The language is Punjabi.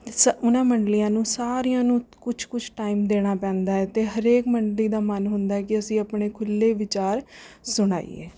ਸ ਉਹਨਾਂ ਮੰਡਲੀਆਂ ਨੂੰ ਸਾਰੀਆਂ ਨੂੰ ਕੁਛ ਕੁਛ ਟਾਈਮ ਦੇਣਾ ਪੈਂਦਾ ਹੈ ਅਤੇ ਹਰੇਕ ਮੰਡਲੀ ਦਾ ਮਨ ਹੁੰਦਾ ਹੈ ਕਿ ਅਸੀਂ ਆਪਣੇ ਖੁੱਲ੍ਹੇ ਵਿਚਾਰ ਸੁਣਾਈਏ